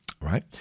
right